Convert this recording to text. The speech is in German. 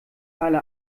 alle